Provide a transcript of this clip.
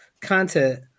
content